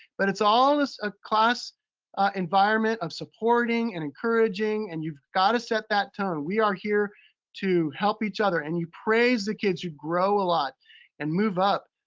but it's all a class environment of supporting and encouraging. and you've gotta set that tone. we are here to help each other. and you praise the kids. you grow a lot and move up.